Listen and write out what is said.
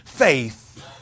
Faith